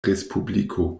respubliko